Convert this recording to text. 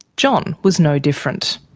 john was no different.